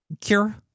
Cure